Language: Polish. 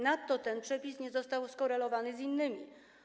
Nadto ten przepis nie został skorelowany z innymi.